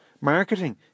Marketing